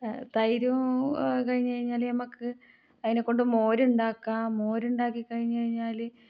ആ തൈരും കഴിഞ്ഞ് കഴിഞ്ഞാൽ ഞമ്മക്ക് അതിനെ കൊണ്ട് മോരുണ്ടാക്കാം മോരുണ്ടാക്കി കഴിഞ്ഞ് കഴിഞ്ഞാൽ